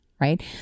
right